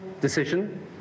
decision